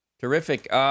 Terrific